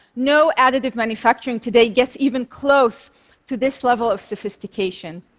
no additive manufacturing today gets even close to this level of sophistication.